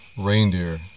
reindeer